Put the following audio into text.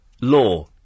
Law